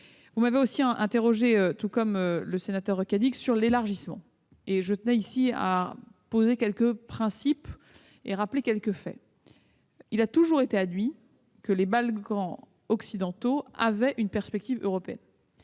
Vous m'avez aussi interrogée, tout comme le sénateur Cadic, sur l'élargissement. Je poserai quelques principes et rappellerai quelques faits. Il a toujours été admis que les Balkans occidentaux avaient une perspective européenne.